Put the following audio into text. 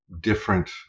different